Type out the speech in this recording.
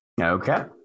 okay